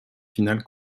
finale